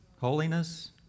holiness